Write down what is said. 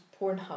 Pornhub